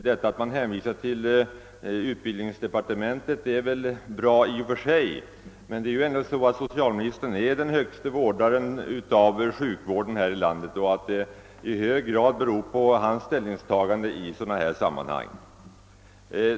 Att socialministern hänvisar till utbildningsdepartementet är i och för sig bra, men socialministern är ju ändå den högste ansvarige för sjukvården i vårt land, och hans ställningstagande har stor betydelse i detta sammanhang.